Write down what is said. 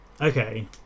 Okay